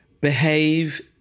behave